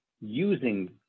using